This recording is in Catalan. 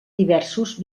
diversos